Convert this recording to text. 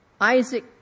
Isaac